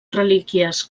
relíquies